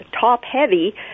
top-heavy